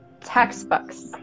textbooks